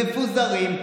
מפוזרים,